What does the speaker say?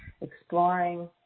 exploring